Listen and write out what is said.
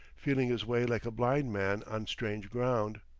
feeling his way like a blind man on strange ground.